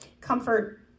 comfort